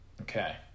Okay